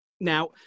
now